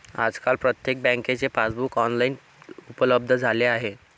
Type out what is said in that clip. आजकाल प्रत्येक बँकेचे पासबुक ऑनलाइन उपलब्ध झाले आहे